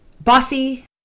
bossy